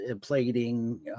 plating